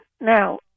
Now